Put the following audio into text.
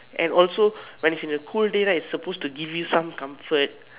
and also when its in a cool day right it is suppose to give you come comfort